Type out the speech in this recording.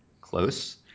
Close